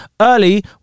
early